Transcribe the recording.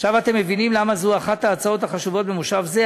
עכשיו אתם מבינים למה זו אחת ההצעות החשובות במושב זה.